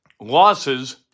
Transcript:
Losses